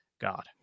God